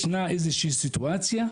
יש איזושהי סיטואציה,